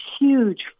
huge